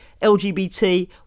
LGBT